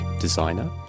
designer